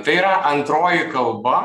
tai yra antroji kalba